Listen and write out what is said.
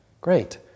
great